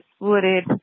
wooded